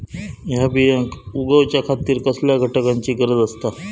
हया बियांक उगौच्या खातिर कसल्या घटकांची गरज आसता?